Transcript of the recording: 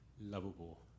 lovable